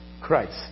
Christ